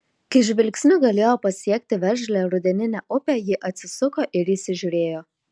kai žvilgsniu galėjo pasiekti veržlią rudeninę upę ji atsisuko ir įsižiūrėjo